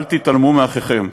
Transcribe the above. אל תתעלמו מאחיכם,